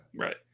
Right